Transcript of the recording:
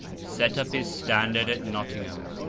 set up his standard at nottingham,